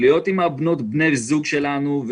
להיות עם בני ובנות הזוג שלנו,